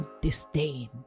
disdain